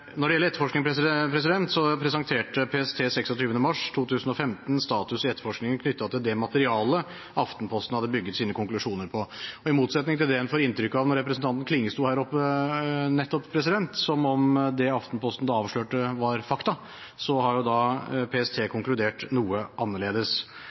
Når det gjelder etterforskning, presenterte PST den 26. mars 2015 status i etterforskningen knyttet til det materialet Aftenposten hadde bygget sine konklusjoner på. I motsetning til det en fikk inntrykk av da representanten Klinge nettopp sto her oppe, som om det Aftenposten avslørte, var fakta, har PST konkludert noe annerledes.